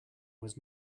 was